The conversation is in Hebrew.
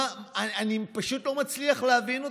אני פשוט לא מצליח להבין אתכם.